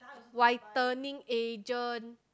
whitening agent